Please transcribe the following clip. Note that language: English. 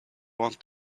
want